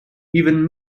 even